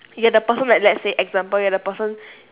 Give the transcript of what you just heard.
you are the person that let's say example you're the person